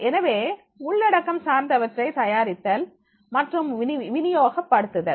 எனவே உள்ளடக்கம் சார்ந்தவற்றை தயாரித்தல் மற்றும் வினியோக படுத்துதல்